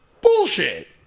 Bullshit